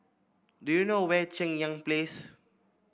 do you know where Cheng Yan Place